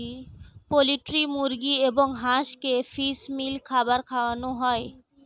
poultry মুরগি এবং হাঁসকে ফিশ মিল খাবার খাওয়ানো হয়